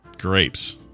grapes